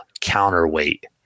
counterweight